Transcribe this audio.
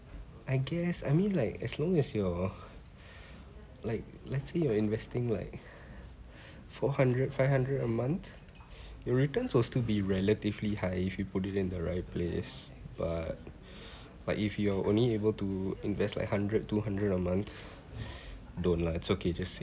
I guess I mean like as long as you're like let's say you are investing like four hundred five hundred a month your returns will still to be relatively high if you put it in the right place but but if you are only able to invest like hundred two hundred a month don't lah it's okay just